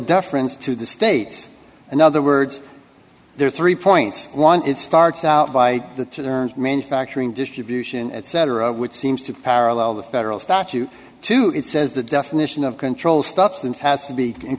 deference to the state in other words there are three points one it starts out by the manufacturing distribution etc which seems to parallel the federal statute two it says the definition of control stuff that has to be